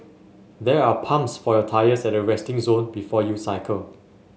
there are pumps for your tyres at the resting zone before you cycle